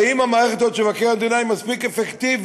האם המערכת הזאת של מבקר המדינה היא מספיק אפקטיבית?